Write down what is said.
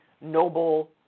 noble